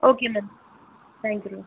okay ma'am thank you ma'am